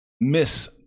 miss